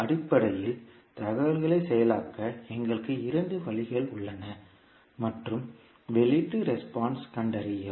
அடிப்படையில் தகவலை செயலாக்க எங்களுக்கு இரண்டு வழிகள் உள்ளன மற்றும் வெளியீட்டு ரெஸ்பான்ஸ் கண்டறியும்